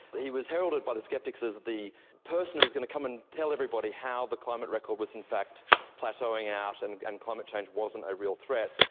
but he was heralded by the sceptics as the person who was going to come and tell everybody how the climate record was in fact plateauing out and and climate change wasn't a real threat,